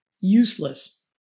useless